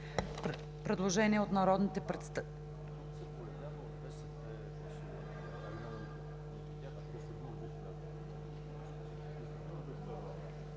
Предложение от народните представители